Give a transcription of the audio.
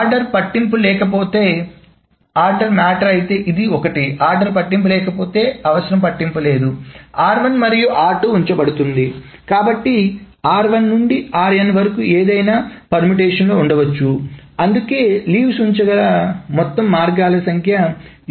order పట్టింపు లేకపోతే order matter అయితే ఇది 1 ఆర్డర్ పట్టింపు లేకపోతే అవసరం పట్టింపు లేదు r1 మరియు r2 ఉంచబడుతుంది కాబట్టి r1 నుండి rn వరకు ఏదైనా పరిమిటేషన్ లో ఉంచవచ్చు అందుకే లీవ్స్ ఉంచగల మొత్తం మార్గాల సంఖ్య n